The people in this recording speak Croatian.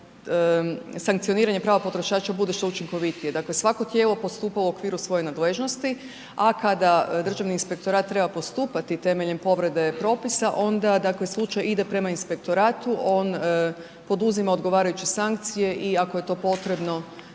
sankcioniranje prava potrošača bude što učinkovitije. Dakle, svako tijelo postupa u okviru svoje nadležnosti, a kada Državni inspektorat treba postupati temeljem povrede propisa onda dakle slučaj ide prema inspektoratu on poduzima odgovarajuće sankcije i ako je to potrebno,